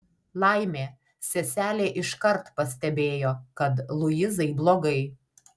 laimė seselė iškart pastebėjo kad luizai blogai